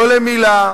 לא למלה,